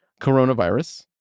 coronavirus